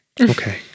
Okay